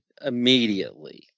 immediately